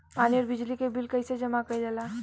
पानी और बिजली के बिल कइसे जमा कइल जाला?